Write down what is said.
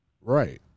Right